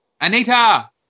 ANITA